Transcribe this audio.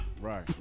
Right